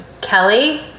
Kelly